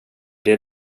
det